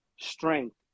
strength